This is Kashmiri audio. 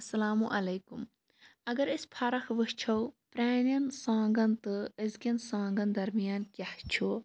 اسلامُ علیکُم اَگر أسۍ فَرق وٕچھو پرانٮ۪ن سانگَن تہٕ أز کٮ۪ن سانگَن دَرمیان کیاہ چھُ